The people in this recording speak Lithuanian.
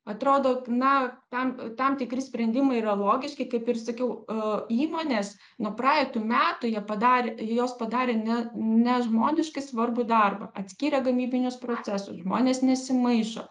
atrodo na tam tam tikri sprendimai yra logiški kaip ir sakiau e įmonės nuo praeitų metų jie padarė jos padarė ne nežmoniškai svarbų darbą atskyrė gamybinius procesus žmonės nesimaišo